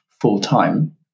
full-time